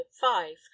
five